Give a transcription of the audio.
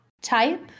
type